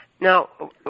Now